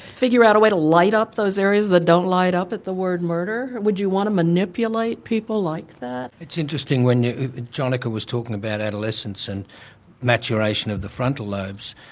figure out a way to light up those areas that don't light up at the word murder? would you want to manipulate people like that? it's interesting when jonica was talking about adolescence and maturation of the frontal lobes.